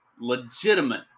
legitimate